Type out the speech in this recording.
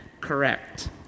correct